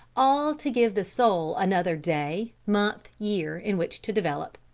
all to give the soul another day, month, year, in which to develop.